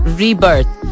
rebirth